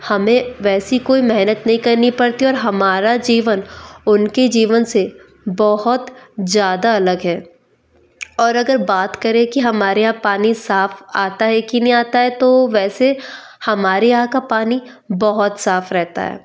हमें वैसी कोई मेहनत नहीं करनी पड़ती और हमारा जीवन उनके जीवन से बहुत ज़्यादा अलग है और अगर बात करें कि हमारे यहाँ पानी साफ़ आता है कि नहीं आता है तो वैसे हमारे यहाँ का पानी बहुत साफ़ रहता है